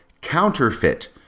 counterfeit